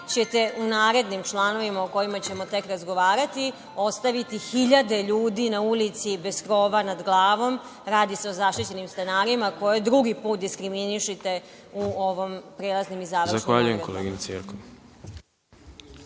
ćete u narednim članovima o kojima ćemo tek razgovarati ostaviti hiljade ljudi na ulici bez krova nad glavom, radi se o zaštićenim stanarima koje drugi put diskriminišete u ovim prelaznim i završnim odredbama.